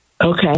Okay